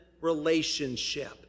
relationship